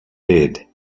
dead